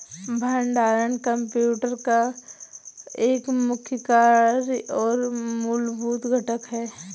भंडारण कंप्यूटर का एक मुख्य कार्य और मूलभूत घटक है